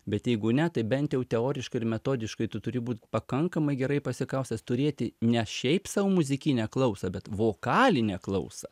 bet jeigu ne tai bent jau teoriškai ir metodiškai tu tur būti pakankamai gerai pasikaustęs turėti ne šiaip sau muzikinę klausą bet vokalinę klausą